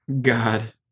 God